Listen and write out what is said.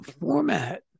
Format